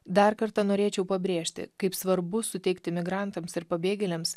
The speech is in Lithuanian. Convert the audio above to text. dar kartą norėčiau pabrėžti kaip svarbu suteikti migrantams ir pabėgėliams